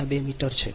ત્યાં બે મોટર છે